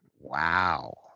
Wow